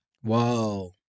Whoa